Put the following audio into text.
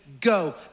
go